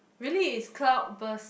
really is cloud burst